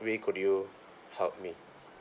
way could you help me